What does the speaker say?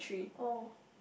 oh